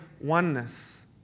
oneness